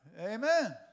Amen